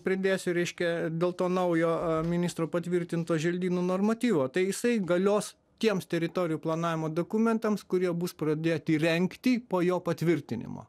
pridėsiu reiškia dėl to naujo ministro patvirtinto želdynų normatyvo tai jisai galios tiems teritorijų planavimo dokumentams kurie bus pradėti rengti po jo patvirtinimo